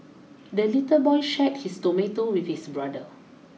the little boy shared his tomato with his brother